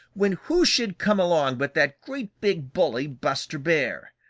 when who should come along but that great big bully, buster bear.